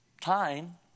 time